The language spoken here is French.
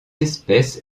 espèce